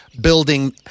building